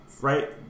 right